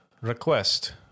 request